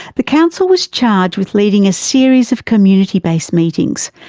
the council was charged with leading a series of community-based meetings,